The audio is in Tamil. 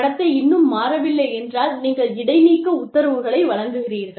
நடத்தை இன்னும் மாறவில்லை என்றால் நீங்கள் இடைநீக்க உத்தரவுகளை வழங்குகிறீர்கள்